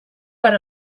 per